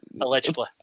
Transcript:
allegedly